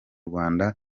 rwanda